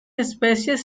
especies